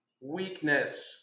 Weakness